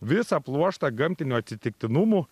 visą pluoštą gamtinių atsitiktinumų